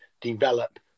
develop